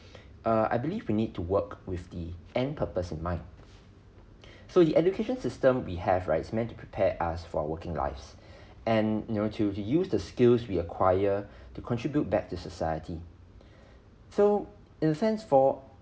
err I believe we need to work with the end purpose in mind so the education system we have rights meant to prepare us for working lives and you know to to use the skills we acquire to contribute back to society so in sense for